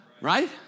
right